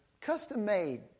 custom-made